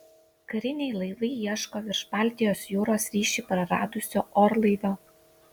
kariniai laivai ieško virš baltijos jūros ryšį praradusio orlaivio